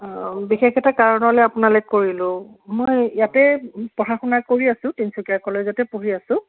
অ বিশেষ এটা কাৰণলে আপোনালৈ কৰিলোঁ মই ইয়াতে পঢ়া শুনা কৰি আছোঁ তিনিচুকীয়া কলেজতে পঢ়ি আছোঁ